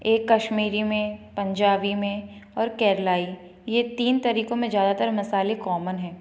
एक कश्मीरी में पंजाबी में और केरलाई ये तीन तरीकों में ज़्यादातर मसाले कौमन हैं